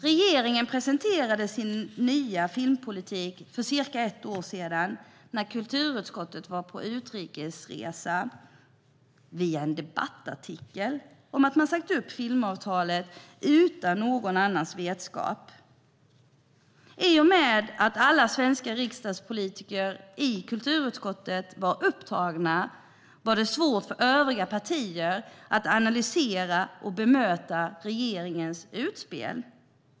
Regeringen presenterade sin nya filmpolitik för cirka ett år sedan, när kulturutskottet var på en utrikesresa, via en debattartikel om att man hade sagt upp filmavtalet utan någon annans vetskap. I och med att alla svenska riksdagspolitiker i kulturutskottet var upptagna var det svårt för övriga partier att analysera och bemöta regeringens utspel.